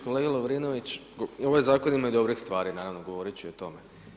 Kolega Lovrinović i ovaj zakon ima dobrih stvari, naravno, govoriti ću i o tome.